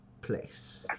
place